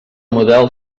model